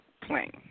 plane